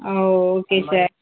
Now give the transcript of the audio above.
ah okay sir